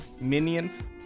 minions